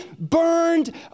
burned